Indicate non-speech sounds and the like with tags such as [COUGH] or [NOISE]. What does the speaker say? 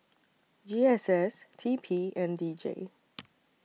G S S T P and D J [NOISE]